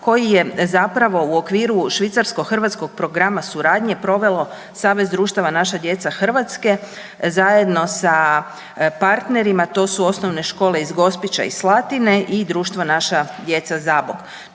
koji je u okviru švicarsko-hrvatskog programa suradnje provelo Savez društava Naša djeca Hrvatske zajedno sa partnerima to su OŠ iz Gospića i Slatine i Društvo naša djeca Zabok.